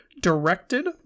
directed